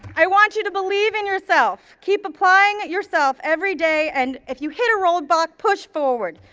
i want you to believe in yourself. keep applying yourself every day and if you hit a roadblock, push forward.